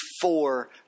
four